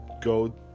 go